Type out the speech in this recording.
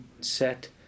set